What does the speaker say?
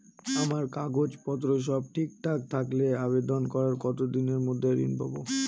আমার কাগজ পত্র সব ঠিকঠাক থাকলে আবেদন করার কতদিনের মধ্যে ঋণ পাব?